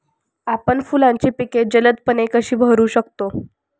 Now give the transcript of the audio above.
आपण फुलांची पिके जलदपणे कधी बहरू शकतो?